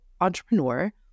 entrepreneur